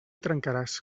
trencaràs